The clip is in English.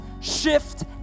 shift